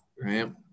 right